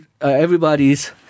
everybody's